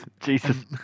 Jesus